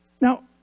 Now